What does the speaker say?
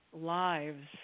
lives